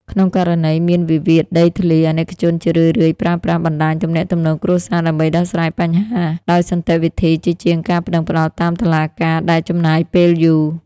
ក្នុងករណីមានវិវាទដីធ្លី អាណិកជនជារឿយៗប្រើប្រាស់ "បណ្ដាញទំនាក់ទំនងគ្រួសារ" ដើម្បីដោះស្រាយបញ្ហាដោយសន្តិវិធីជាជាងការប្ដឹងផ្ដល់តាមតុលាការដែលចំណាយពេលយូរ។